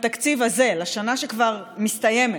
בתקציב הזה, לשנה שכבר מסתיימת,